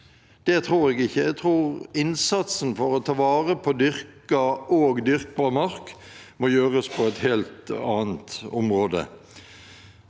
Det tror jeg ikke. Jeg tror innsatsen for å ta vare på dyrket og dyrkbar mark må gjøres på et helt annet område.